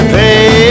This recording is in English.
pay